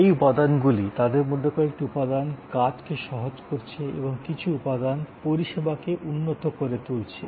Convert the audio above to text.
এবং এই উপাদানগুলি তাদের মধ্যে কয়েকটি উপাদান কাজ কে সহজ করছে এবং কিছু উপাদান পরিষেবাকে উন্নত করে তুলছে